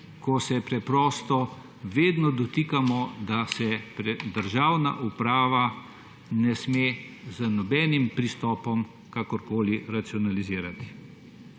ko se preprosto vedno dotikamo, da se državna uprava ne sme z nobenim pristopom kakorkoli racionalizirati.